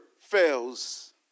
fails